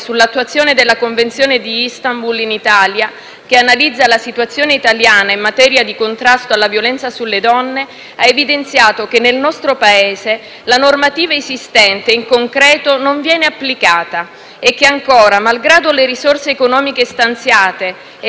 che analizza la situazione italiana in materia di contrasto alla violenza sulle donne, ha evidenziato che nel nostro Paese la normativa esistente in concreto non viene applicata e che ancora, malgrado le risorse economiche stanziate e le azioni messe in campo per affrontare il fenomeno,